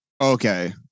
Okay